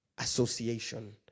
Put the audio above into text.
association